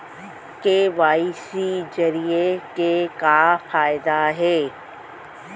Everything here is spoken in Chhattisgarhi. के.वाई.सी जरिए के का फायदा हे?